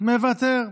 מוותר לך.